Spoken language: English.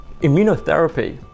immunotherapy